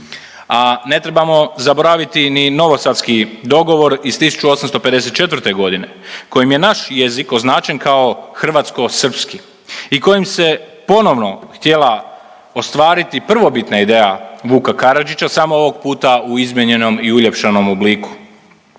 ne trebamo zaboraviti ni novosadski dogovor iz 1854. godine kojim je naš jezik označen kao hrvatsko-srpski i kojim se ponovno htjela ostvariti prvobitna ideja Vuka Karadžića samo ovog puta u izmijenjenom i uljepšanom obliku.